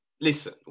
listen